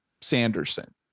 Sanderson